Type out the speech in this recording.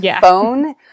phone